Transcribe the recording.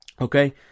Okay